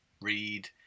read